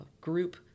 group